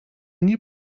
nie